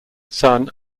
son